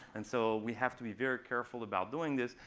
and so we have to be very careful about doing this.